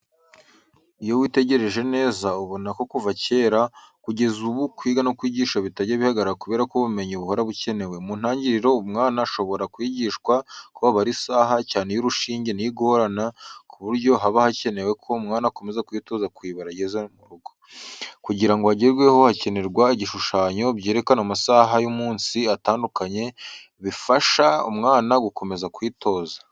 Iyo witegereje neza ubona ko kuva kera kugeza ubu kwiga no kwigisha bitajya bihagarara kubera ko ubumenyi buhora bukenewe. Mu ntangiriro umwana ashobora kwigishwa uko babara isaha cyane iy'urushinge ni yo igorana ku buryo haba hakenewe ko umwana akomeza kwitoza kuyibara ageze mu rugo. Kugira ngo bigerweho hakenerwa ibishushanyo byerekana amasaha y'umunsi atandukanye, bifasha umwana gukomeza kwitoza.